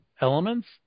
elements